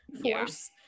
force